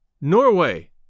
Norway